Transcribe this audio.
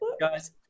Guys